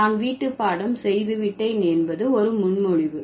நான் வீட்டுப்பாடம் செய்து விட்டேன் என்பது ஒரு முன்மொழிவு